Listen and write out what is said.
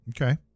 Okay